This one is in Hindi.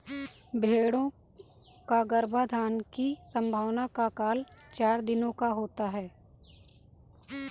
भेंड़ों का गर्भाधान की संभावना का काल चार दिनों का होता है